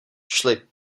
šli